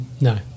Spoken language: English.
No